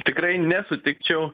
tikrai nesutikčiau